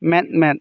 ᱢᱮᱸᱫ ᱢᱮᱸᱫ